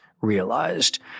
Realized